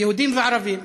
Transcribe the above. יהודים וערבים.